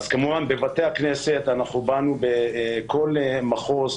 כמובן בבתי הכנסת באנו בדברים בכל מחוז,